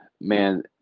man